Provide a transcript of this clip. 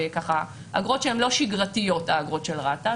אגרות שהן לא שגרתיות האגרות של רת"א,